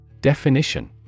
Definition